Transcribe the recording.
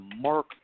mark